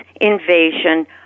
invasion